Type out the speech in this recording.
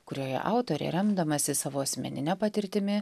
kurioje autorė remdamasi savo asmenine patirtimi